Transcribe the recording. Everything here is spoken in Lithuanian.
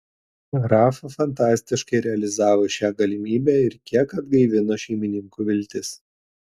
rafa fantastiškai realizavo šią galimybę ir kiek atgaivino šeimininkų viltis